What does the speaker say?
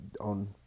on